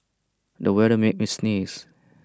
the weather made me sneeze